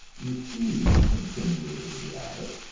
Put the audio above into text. you see, insinuated the abbot,